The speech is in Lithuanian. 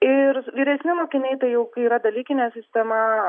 ir vyresni mokiniai tai jau kai yra dalykinė sistema